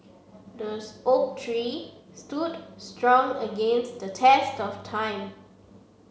the oak tree stood strong against the test of time